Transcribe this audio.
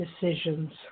decisions